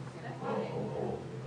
שאנחנו צריך לבדוק